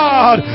God